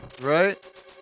Right